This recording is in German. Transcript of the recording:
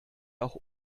auch